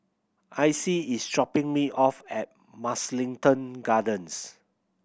Icey is dropping me off at Mugliston Gardens